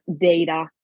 data